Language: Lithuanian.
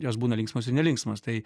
jos būna linksmos ir nelinksmos tai